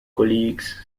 colleagues